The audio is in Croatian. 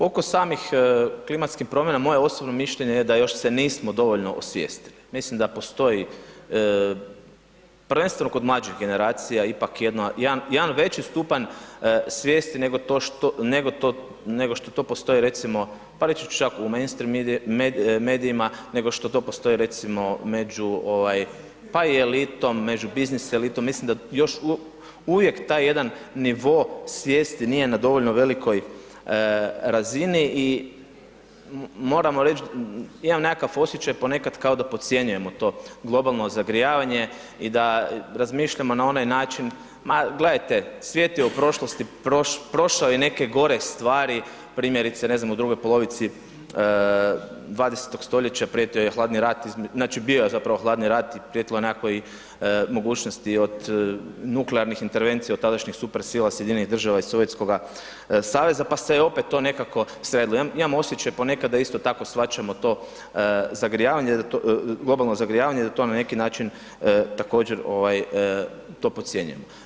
Oko samih klimatskih promjena, moje osobno mišljenje je da još se nismo dovoljno osvijestili, mislim da postoji, prvenstveno kod mlađih generacija ipak jedan veći stupanj svijesti nego što to postoji, recimo, pa reći ću čak u mainstream medijima, nego što to postoji recimo među ovaj, pa i elitom, među biznis elitom, mislim da još uvijek taj jedan nivo svijesti nije na dovoljno velikoj razini, i moramo reći, imam nekakav osjećaj ponekad kao da podcjenjujemo to globalno zagrijavanje, i da razmišljamo na onaj način, ma gledajte, svijet je u prošlosti, prošao je i neke gore stvari, primjerice, ne znam, u drugoj polovici 20.-og stoljeća prijetio je Hladni rat, znači bio je zapravo Hladni rat i prijetilo je nekakvo i mogućnosti od nuklearnih intervencija od tadašnjih super sila, Sjedinjenih država i Sovjetskoga saveza, pa se je opet to nekako sredilo, imam osjećaj ponekad da isto tako shvaćamo to zagrijavanje, globalno zagrijavanje da to na neki način također, ovaj, to podcjenjujemo.